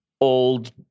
old